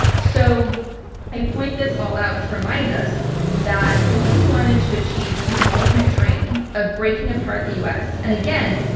so i point this all out to remind us that if you wanted to achieve putin's ultimate dream of breaking apart the us-and and again,